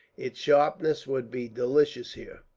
its sharpness would be delicious here.